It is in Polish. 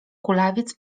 kulawiec